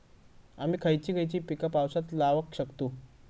आम्ही खयची खयची पीका पावसात लावक शकतु?